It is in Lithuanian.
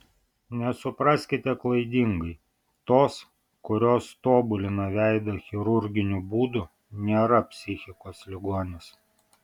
nesupraskite klaidingai tos kurios tobulina veidą chirurginiu būdu nėra psichikos ligonės